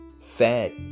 fat